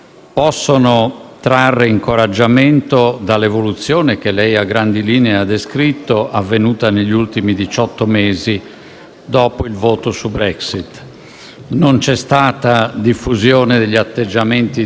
Non c'è stata diffusione degli atteggiamenti divorzisti - come lei li ha chiamati - e c'è stata un'unità tra i 27, nel negoziato con il Regno Unito, molto maggiore di quella che ci si poteva aspettare.